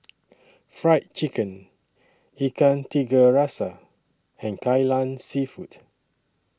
Fried Chicken Ikan Tiga Rasa and Kai Lan Seafood